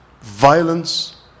violence